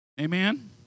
Amen